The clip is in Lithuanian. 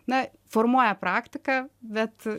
na formuoja praktiką bet